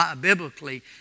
biblically